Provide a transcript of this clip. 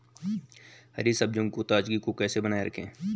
हरी सब्जियों की ताजगी को कैसे बनाये रखें?